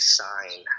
sign